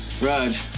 Raj